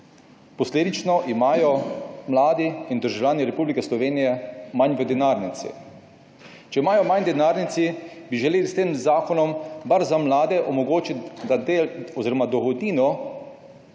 Posledično imajo mladi in državljani Republike Slovenije manj v denarnici. Če imajo manj v denarnici, bi želeli s tem zakonom vsaj za mlade omogočiti, da se dohodnina